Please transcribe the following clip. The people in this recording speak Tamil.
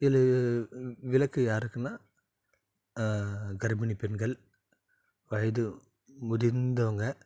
இதில் விளக்கு யாருக்குன்னா கர்ப்பணி பெண்கள் வயது முதிர்ந்தவங்க